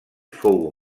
fou